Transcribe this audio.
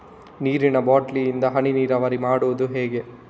ನೀರಿನಾ ಬಾಟ್ಲಿ ಇಂದ ಹನಿ ನೀರಾವರಿ ಮಾಡುದು ಹೇಗೆ?